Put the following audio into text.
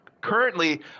currently